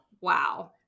Wow